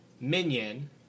Minion